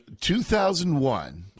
2001